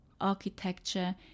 architecture